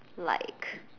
like